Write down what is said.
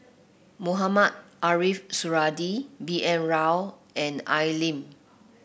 Mohamed Ariff Suradi B N Rao and Al Lim